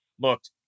looked